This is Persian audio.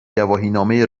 گواهینامه